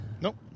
Nope